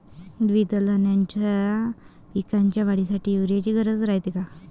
द्विदल धान्याच्या पिकाच्या वाढीसाठी यूरिया ची गरज रायते का?